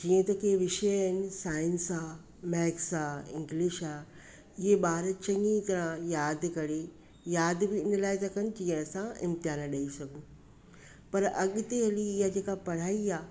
जीअं त कीअं विषय आहिनि साइंस आहे मेथ्स आहे इंग्लिश आहे इहे ॿार चङी तरह यादि करे यादि बि हिन लाइ था कनि असां इम्तिहान ॾेई सघूं पर अॻिते हली हीअं जेकी पढ़ाई आहे